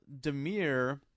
Demir